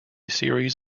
series